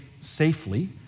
safely